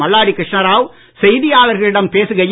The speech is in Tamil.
மல்லாடி கிருஷ்ணா ராவ் செய்தியாளர்களிடம் பேசுகையில்